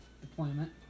deployment